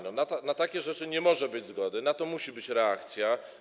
Na takie rzeczy nie może być zgody, na to musi być reakcja.